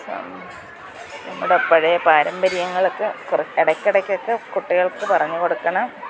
നമ്മുടെ പഴയ പാരമ്പര്യങ്ങളൊക്കെ ഇടയ്ക്കിടയ്ക്കൊക്കെ കുട്ടികൾക്കു പറഞ്ഞു കൊടുക്കണം